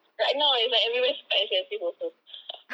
right now it's like everywhere is quite expensive also